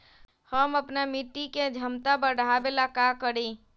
हम अपना मिट्टी के झमता बढ़ाबे ला का करी?